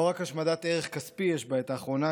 לא רק השמדת ערך כספי יש בעת אחרונה,